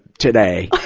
today.